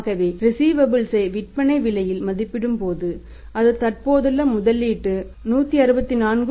ஆகவே ரிஸீவபல்ஸ் வை விற்பனை விலையில் மதிப்பிடப்படும் போது அது தற்போதுள்ள முதலீடு 164